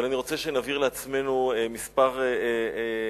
אבל אני רוצה שנבהיר לעצמנו כמה דברים